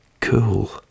Cool